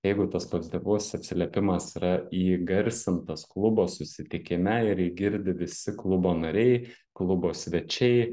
jeigu tas pozityvus atsiliepimas yra įgarsintas klubo susitikime ir jį girdi visi klubo nariai klubo svečiai